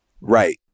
Right